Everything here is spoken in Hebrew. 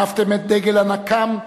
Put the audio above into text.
הנפתם את דגל הנקם,